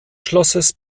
schlosses